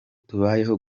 tubayeho